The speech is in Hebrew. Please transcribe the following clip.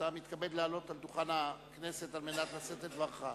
אתה מתכבד לעלות על דוכן הכנסת על מנת לשאת את דברך.